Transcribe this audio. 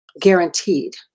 guaranteed